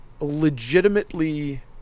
legitimately